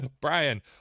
Brian